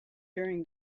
during